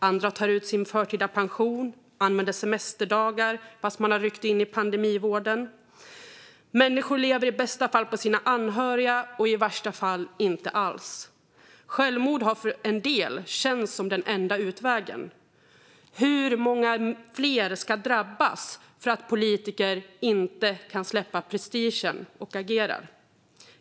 Andra tar ut sin förtida pension eller använder semesterdagar, fastän de har ryckt in i pandemivården. Människor lever i bästa fall på sina anhöriga och i värsta fall inte alls. Självmord har för en del känts som den enda utvägen. Hur många fler ska drabbas för att politiker inte kan släppa prestigen och agera?